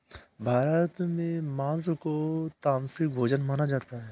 भारत में माँस को तामसिक भोजन माना जाता है